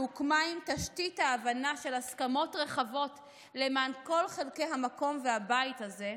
שהוקמה עם תשתית ההבנה של הסכמות רחבות למען כל חלקי המקום והבית הזה,